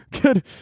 Good